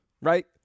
right